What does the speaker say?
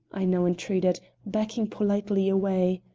i now entreated, backing politely away.